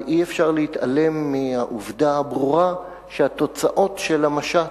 אבל אי-אפשר להתעלם מהעובדה הברורה שהתוצאות של המשט,